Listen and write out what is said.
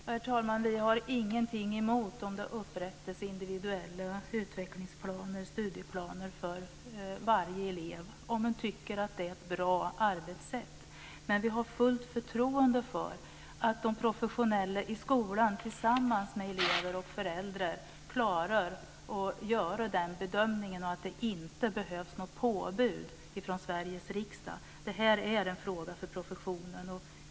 Herr talman! Vi har ingenting emot att det upprättas individuella utvecklingsplaner eller studieplaner för varje elev om man tycker att det är ett bra arbetssätt. Men vi har fullt förtroende för att de professionella i skolan tillsammans med elever och föräldrar klarar att göra den bedömningen och att det inte behövs något påbud från Sveriges riksdag. Det är en fråga för professionen.